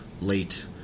late